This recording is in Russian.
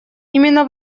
именно